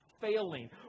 failing